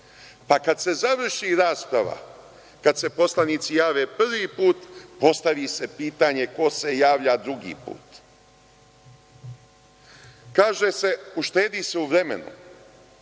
pa kada se završi rasprava, kada se poslanici jave prvi put postavi se pitanje - ko se javlja drugi put? Kaže se – uštedi se u vremenu.